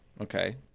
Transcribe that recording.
Okay